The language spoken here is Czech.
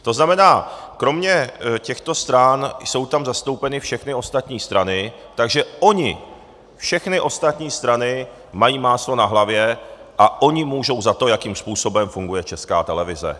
To znamená, kromě těchto stran jsou tam zastoupeny všechny ostatní strany, takže ony všechny ostatní strany mají máslo na hlavě a ony můžou za to, jakým způsobem funguje Česká televize.